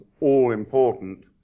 all-important